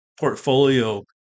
portfolio